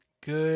Good